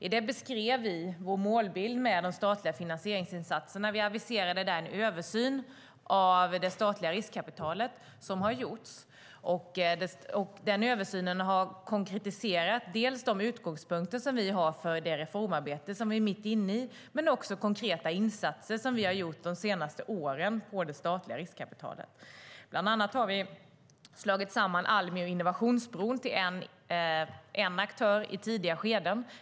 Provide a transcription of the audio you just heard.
I den beskrev vi vår målbild med de statliga finansieringsinsatserna, och vi aviserade där en översyn av det statliga riskkapitalet. Översynen har gjorts, och den har konkretiserat inte bara de utgångspunkter vi har för det reformarbete vi är mitt inne i utan också de insatser vi har gjort de senaste åren när det gäller det statliga riskkapitalet. Bland annat har vi slagit samman Almi och Innovationsbron till en aktör i tidiga skeden.